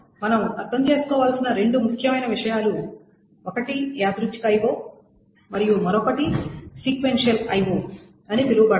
మనం అర్థం చేసుకోవలసిన రెండు ముఖ్యమైన విషయాలు ఒకటి యాదృచ్ఛిక IO మరియు మరొకటి సీక్వెన్షియల్ IO sequential IO అని పిలువబడతాయి